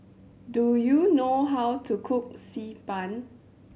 do you know how to cook Xi Ban